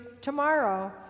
tomorrow